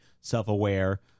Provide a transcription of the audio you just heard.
self-aware